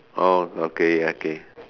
orh okay okay